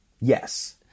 Yes